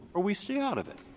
or we stay out of it.